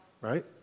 right